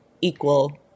equal